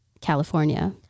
California